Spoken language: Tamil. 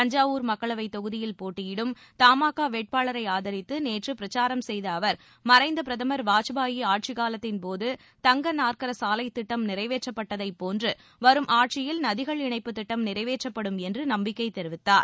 தஞ்சாவூர் மக்களவைத் தொகுதியில் போட்டியிடும் த மா கா வேட்பாளரை ஆதரித்து நேற்று பிரச்சாரம் செய்த அவர் மறைந்த பிரதமர் வாஜ்பாயி ஆட்சிக்காலத்தின்போது தங்க நாற்கர சாவைத் திட்டம் நிறைவேற்றப்பட்டதைப் போன்று வரும் ஆட்சியில் நதிகள் இணைப்புத் திட்டம் நிறைவேற்றப்படும் என்று நம்பிக்கை தெரிவித்தார்